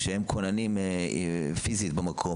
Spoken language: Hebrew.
שהם כוננים פיזית במקום,